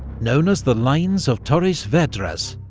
known as the lines of torres vedras,